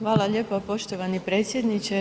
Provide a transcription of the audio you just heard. Hvala lijepo poštovani predsjedniče.